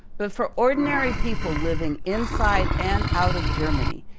but for ordinary people living inside and out of germany,